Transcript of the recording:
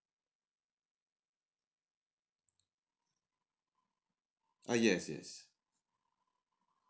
ah yes yes